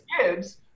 Gibbs